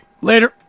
later